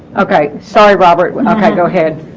okay sorry robert we're not gonna go ahead